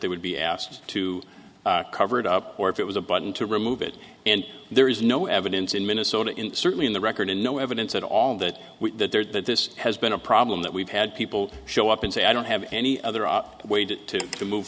they would be asked to cover it up or if it was a button to remove it and there is no evidence in minnesota in certainly in the record and no evidence at all that with that there that this has been a problem that we've had people show up and say i don't have any other way to